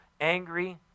angry